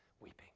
weeping